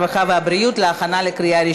הרווחה והבריאות נתקבלה.